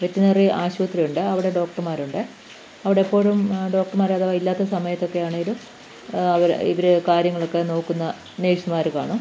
veterinary ആശുപത്രിയുണ്ട് അവിടെ ഡോക്ടർമാരുണ്ട് അവിടെയെപ്പോഴും ഡോക്ടർമാർ അഥവാ ഇല്ലാത്ത സമയത്തൊക്കെയാണെങ്കിലും അവർ ഇവർ കാര്യങ്ങളൊക്കെ നോക്കുന്ന നേഴ്സ്മാർ കാണും